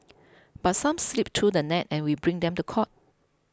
but some slip through the net and we bring them to court